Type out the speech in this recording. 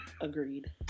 Agreed